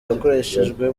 yakoreshejwe